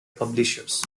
publishers